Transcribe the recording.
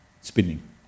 spinning